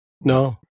No